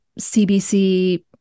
CBC